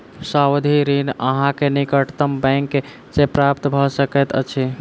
सावधि ऋण अहाँ के निकटतम बैंक सॅ प्राप्त भ सकैत अछि